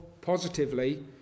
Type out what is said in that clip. positively